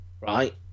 right